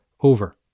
over